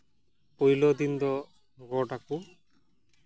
ᱯᱳᱭᱞᱳ ᱫᱤᱱ ᱫᱚ ᱜᱚᱴ ᱟᱠᱚ